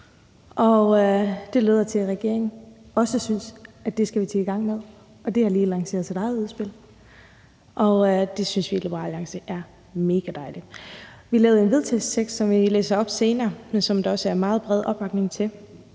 Det lyder, som om regeringen også synes, at vi skal i gang med det, for de har lige lanceret deres eget udspil. Det synes vi i Liberal Alliance er megadejligt. Vi har lavet en vedtagelsestekst, som vi læser op senere, og som der også er meget bred opbakning til,